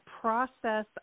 process